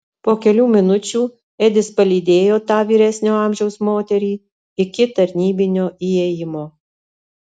po kelių minučių edis palydėjo tą vyresnio amžiaus moterį iki tarnybinio įėjimo